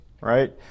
right